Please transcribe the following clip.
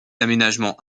aménagements